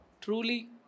truly